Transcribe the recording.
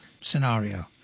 scenario